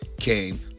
Came